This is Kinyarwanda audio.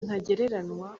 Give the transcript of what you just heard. ntagereranywa